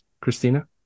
Christina